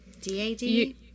D-A-D